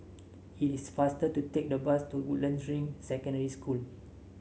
it is faster to take the bus to Woodlands Ring Secondary School